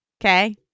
okay